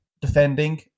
defending